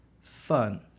fun